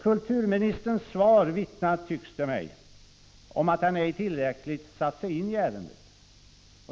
Kulturministerns svar vittnar, tycks det mig, om att han ej tillräckligt satt sig in i ärendet.